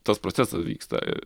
tas procesas vyksta